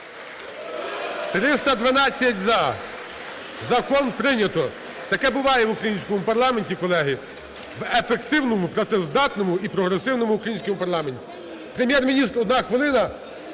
За-312 Закон прийнято. Таке буває в українському парламенті, колеги. В ефективному, працездатному і прогресивному українському парламенті. Прем'єр-міністр, одна хвилина.